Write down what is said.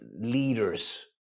leaders